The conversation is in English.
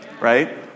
right